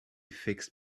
fixed